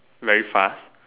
very fast